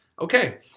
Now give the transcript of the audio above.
Okay